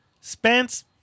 Spence